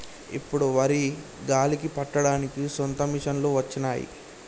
ఇప్పుడు వరి గాలికి పట్టడానికి సొంత మిషనులు వచ్చినాయి